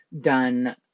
done